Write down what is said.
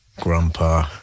Grandpa